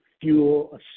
fuel